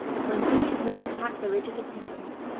when these men attack religious opinions,